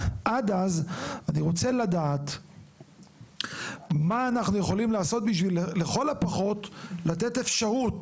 אני רוצה לדעת מה אנחנו יכולים לעשות כדי לכל הפחות לתת אפשרות,